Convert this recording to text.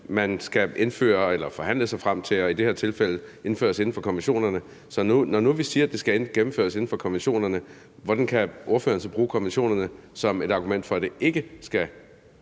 man skal indføre eller forhandle sig frem til, og i det her tilfælde skal det gennemføres inden for konventionerne. Så når nu vi siger, at det skal gennemføres inden for konventionerne, hvordan kan ordføreren så bruge konventionerne som et argument for, at man ikke kan